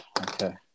okay